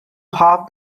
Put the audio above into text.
half